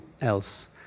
else